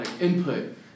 input